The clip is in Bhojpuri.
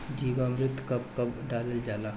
जीवामृत कब कब डालल जाला?